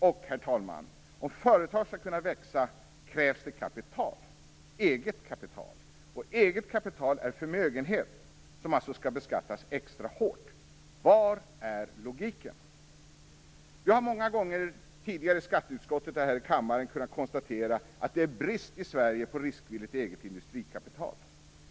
Och, herr talman, om företag skall kunna växa krävs kapital, eget kapital. Eget kapital är detsamma som förmögenhet, som alltså skall beskattas extra hårt. Var är logiken? Vi har många gånger tidigare i skatteutskottet och här i kammaren kunnat konstatera att det råder brist i Sverige på riskvilligt eget industrikapital.